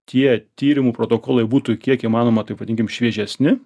tie tyrimų protokolai būtų kiek įmanoma taip vadinkim šviežesni